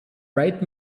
bright